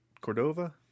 cordova